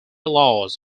laws